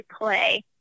play